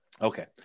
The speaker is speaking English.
Okay